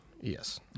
Yes